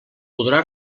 podrà